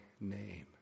name